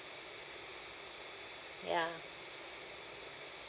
ya